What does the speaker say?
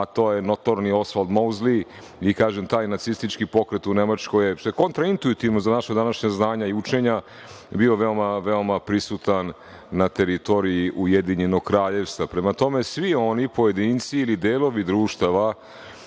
a to je notorni Osvald Mozli i kažem taj nacistički pokret u Nemačkoj je, što je kontra-intuitivno za naša današnja znanja i učenja, bio veoma, veoma prisutan na teritoriji Ujedinjenog Kraljevstva. Prema tome, svi oni, pojedinci ili delovi društava,